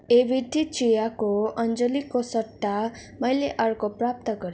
AVT चियाको अञ्जलीको सट्टा मैले अर्को प्राप्त गरेँ